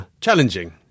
challenging